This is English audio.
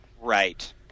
Right